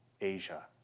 Asia